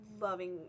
Loving